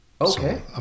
Okay